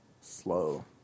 slow